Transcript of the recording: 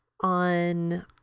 on